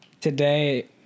today